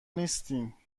نیستین